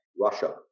Russia